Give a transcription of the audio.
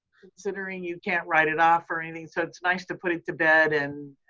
considering you can't write it off or anything. so it's nice to put it to bed and